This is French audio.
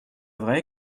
vrai